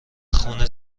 خون